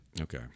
Okay